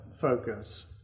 focus